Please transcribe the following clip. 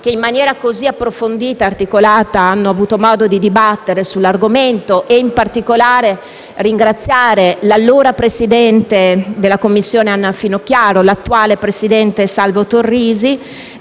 che in maniera così approfondita e articolata hanno avuto modo di dibattere sull'argomento, e in particolare l'allora presidente della Commissione Anna Finocchiaro e l'attuale presidente Salvo Torrisi,